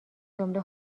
جمله